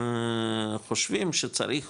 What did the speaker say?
חושבים שצריך